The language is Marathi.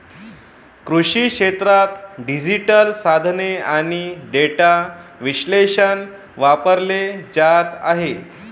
कृषी क्षेत्रात डिजिटल साधने आणि डेटा विश्लेषण वापरले जात आहे